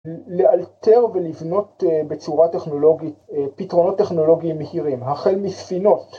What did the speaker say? ‫לאלתר ולבנות בצורה טכנולוגית ‫פתרונות טכנולוגיים מהירים. ‫החל מספינות.